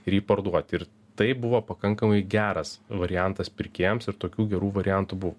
ir jį parduoti ir tai buvo pakankamai geras variantas pirkėjams ir tokių gerų variantų buvo